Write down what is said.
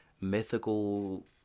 mythical